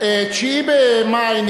9 במאי,